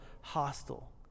hostile